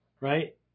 right